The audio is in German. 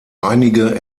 einige